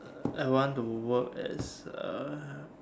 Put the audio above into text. uh I want to work as a